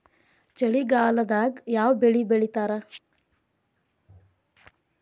ಚಳಿಗಾಲದಾಗ್ ಯಾವ್ ಬೆಳಿ ಬೆಳಿತಾರ?